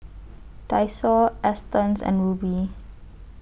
Daiso Astons and Rubi